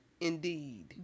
indeed